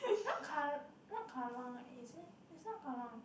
not not Kallang leh is it it's not Kallang